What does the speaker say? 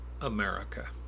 America